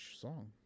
song